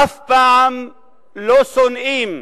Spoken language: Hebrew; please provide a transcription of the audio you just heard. אף פעם לא שונאים,